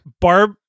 Barb